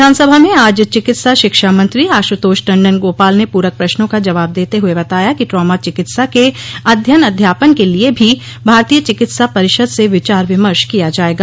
विधानसभा में आज चिकित्सा शिक्षा मंत्री आशुतोष टण्डन गोपाल ने पूरक प्रश्नों का जवाब देत हुए बताया कि ट्रामा चिकित्सा के अध्ययन अध्यापन के लिए भी भारतीय चिकित्सा परिषद से विचार विमर्श किया जायेगा